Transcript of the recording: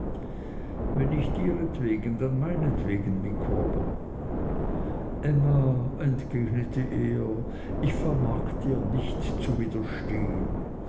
wenn nicht ihretwegen dann meinetwegen micawber emma entgegnete er ich vermag dir nicht zu widerstehen